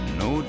no